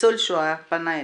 ניצול שואה פנה אלינו,